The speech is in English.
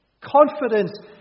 Confidence